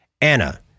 Anna